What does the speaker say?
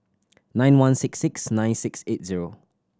nine one six six nine six eight zero